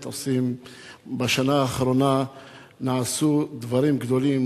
בשנה האחרונה נעשו דברים גדולים,